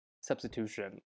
substitution